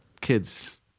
kids